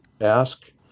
ask